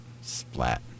Splat